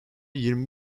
yirmi